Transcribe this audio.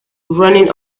running